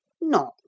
Not